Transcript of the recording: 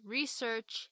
Research